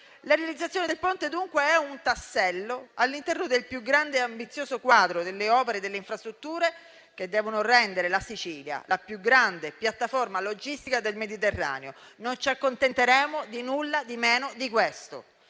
La realizzazione del Ponte è dunque un tassello all'interno del più grande e ambizioso quadro delle opere e delle infrastrutture che devono rendere la Sicilia la più grande piattaforma logistica del Mediterraneo. Non ci accontenteremo di nulla di meno di questo.